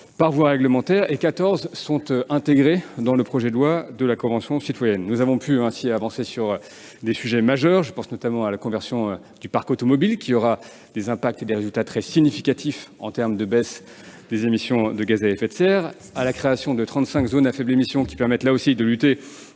par voie réglementaire et 14 sont intégrées dans le projet de loi de la Convention citoyenne. Nous avons pu ainsi avancer sur des sujets majeurs. Je pense notamment à la conversion du parc automobile, qui aura des impacts et des résultats très significatifs en termes de baisse des émissions de gaz à effet de serre, à la création de trente-cinq zones à faibles émissions, qui permettent là aussi de lutter